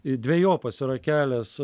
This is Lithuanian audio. dvejopas yra kelias